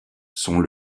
sont